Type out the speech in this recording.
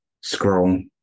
scroll